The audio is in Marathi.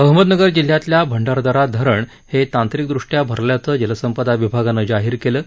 अहमदनगर जिल्ह्यातल्या भंडारदरा धरण तांत्रिकदृष्ट्या भरल्याचं जलसंपदा विभागानं जाहीर केलं आहे